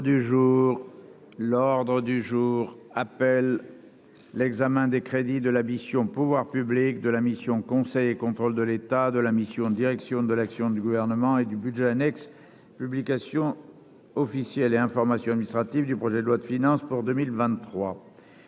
l'ordre du jour ah. Appel l'examen des crédits de la mission, pouvoirs publics, de la mission Conseil et contrôle de l'état de la mission Direction de l'action du gouvernement et du budget annexe Publications officielles et information administrative du projet de loi de finances pour 2023.